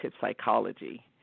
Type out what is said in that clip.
psychology